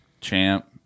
champ